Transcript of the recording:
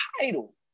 title